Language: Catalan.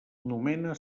nomena